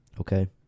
Okay